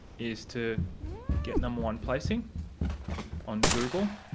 is to get number one placing on google,